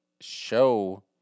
show